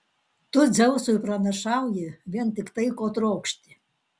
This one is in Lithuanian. tu dzeusui pranašauji vien tik tai ko trokšti